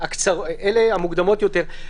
אלה המוקדמות יותר,